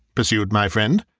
pursued my friend,